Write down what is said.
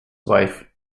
wife